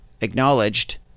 acknowledged